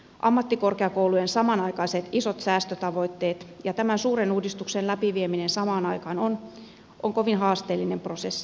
ammattikorkeakoulujen isot säästötavoitteet ja tämän suuren uudistuksen läpivieminen samaan aikaan on kovin haasteellinen prosessi